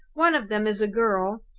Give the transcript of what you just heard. one of them is a girl,